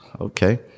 okay